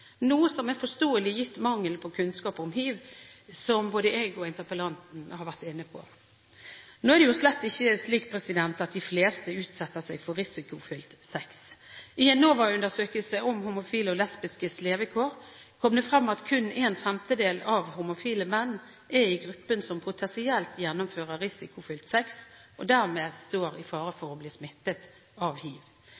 noe som er forståelig, gitt mangelen på kunnskap om hiv, som både jeg og interpellanten har vært inne på. Nå er det jo slett ikke slik at de fleste utsetter seg for risikofylt sex. I en NOVA-undersøkelse om homofile og lesbiskes levekår kom det frem at kun en femtedel av homofile menn er i gruppen som potensielt gjennomfører risikofylt sex, og dermed står i fare